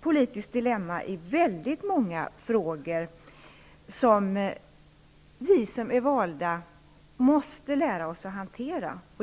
politiskt dilemma i väldigt många frågor som vi folkvalda måste lära oss att hantera.